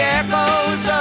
echoes